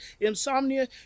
insomnia